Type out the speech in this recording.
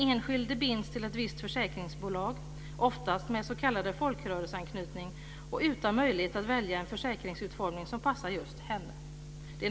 Fru talman!